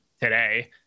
today